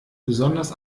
besonders